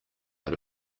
out